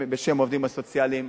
בשם העובדים הסוציאליים.